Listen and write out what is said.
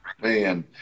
Man